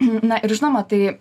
na ir žinoma tai